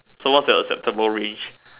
so what's your acceptable range